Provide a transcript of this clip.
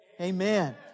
amen